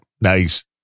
nice